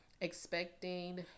expecting